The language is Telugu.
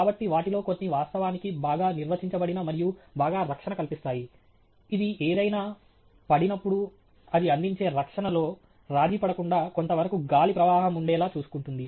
కాబట్టి వాటిలో కొన్ని వాస్తవానికి బాగా నిర్వచించబడిన మరియు బాగా రక్షణ కల్పిస్తాయి ఇది ఏదైనా పడినప్పుడు అది అందించే రక్షణలో రాజీ పడకుండా కొంతవరకు గాలి ప్రవాహం ఉండేలా చూసుకుంటుంది